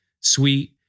sweet